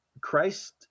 Christ